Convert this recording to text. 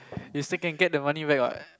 you still can get the money back what